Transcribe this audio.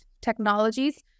technologies